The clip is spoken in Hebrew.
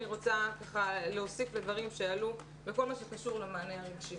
אני רוצה להוסיף לדברים שעלו בכל מה שקשור למענה הרגשי.